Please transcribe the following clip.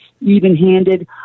even-handed